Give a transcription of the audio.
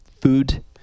food